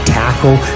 tackle